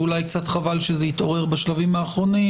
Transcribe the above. ואולי קצת חבל שזה התעורר בשלבים האחרונים,